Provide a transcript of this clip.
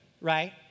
right